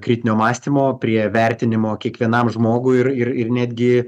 kritinio mąstymo prie vertinimo kiekvienam žmogui ir ir ir netgi